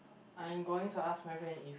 I'm going to ask my friend if